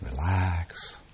relax